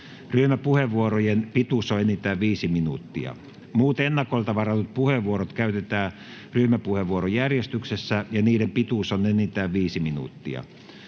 Ryhmäpuheenvuorojen pituus on enintään 5 minuuttia. Muut ennakolta varatut puheenvuorot käytetään ryhmäpuheenvuorojärjestyksessä, ja niiden pituus on enintään 5 minuuttia.